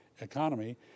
economy